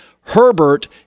Herbert